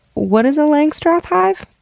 what is a langstroth hive?